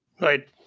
Right